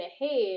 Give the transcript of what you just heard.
ahead